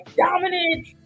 dominant